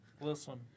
Listen